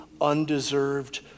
undeserved